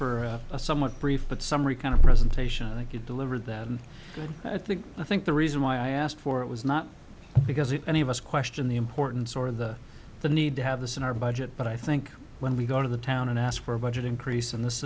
for a somewhat brief but summary kind of presentation and i could deliver that good i think i think the reason why i asked for it was not because it any of us question the importance or the the need to have this in our budget but i think when we go to the town and ask for a budget increase and this